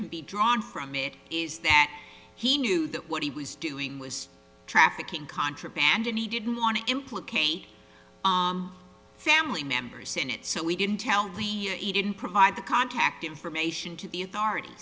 can be drawn from it is that he knew that what he was doing was trafficking contraband and he didn't want to implicate family members in it so he didn't tell me he didn't provide the contact information to the authorit